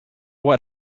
what